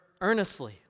earnestly